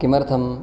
किमर्थम्